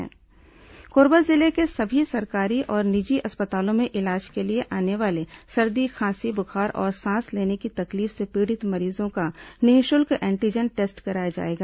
corona antigen test Korba जिले के सभी सरकारी और निजी अस्पतालों में इलाज के लिए आने वाले सर्दी खांसी बुखार और सांस लेने की तकलीफ से पीड़ित मरीजों का निःशुल्क एंटीजन टेस्ट कराया जाएगा